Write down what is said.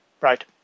Right